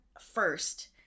first